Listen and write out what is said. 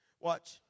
Watch